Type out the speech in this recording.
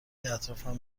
اطرافم